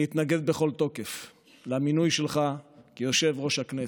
אני אתנגד בכל תוקף למינוי שלך ליושב-ראש הכנסת.